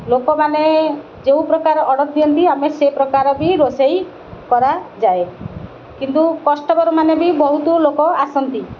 ଲୋକମାନେ ଯେଉଁ ପ୍ରକାର ଅର୍ଡ଼ର ଦିଅନ୍ତି ଆମେ ସେ ପ୍ରକାର ବି ରୋଷେଇ କରାଯାଏ କିନ୍ତୁ କଷ୍ଟମର ମାନେ ବି ବହୁତ ଲୋକ ଆସନ୍ତି